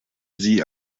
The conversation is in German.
sie